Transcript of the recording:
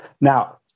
Now